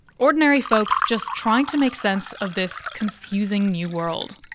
ordinary folks just trying to make sense of this confusing new world.